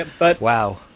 Wow